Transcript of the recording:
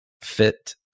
fit